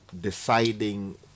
deciding